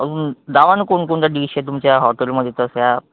अजून दावा ना कोणकोणच्या डिश आहे तुमच्या हॉटेलमध्ये तश्या